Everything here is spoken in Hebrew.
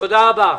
תודה רבה.